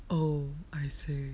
oh I see